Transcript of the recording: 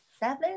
Seven